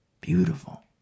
Beautiful